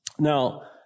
Now